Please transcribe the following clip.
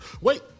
Wait